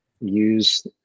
use